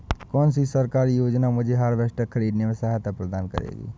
कौन सी सरकारी योजना मुझे हार्वेस्टर ख़रीदने में सहायता प्रदान करेगी?